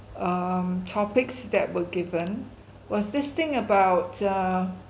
um topics that were given was this thing about err